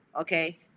okay